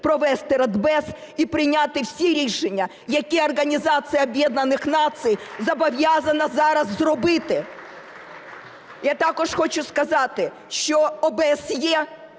провести Радбез і прийняти всі рішення, які Організація Об'єднаних Націй зобов'язана зараз зробити. Я також хочу сказати, що ОБСЄ